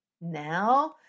Now